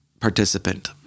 participant